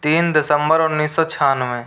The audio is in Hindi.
तीन दिसम्बर उन्नीस सौ छियानवे